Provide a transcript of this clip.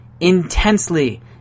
intensely